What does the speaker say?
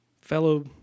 fellow